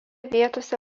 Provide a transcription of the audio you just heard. vietose